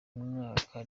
mwaka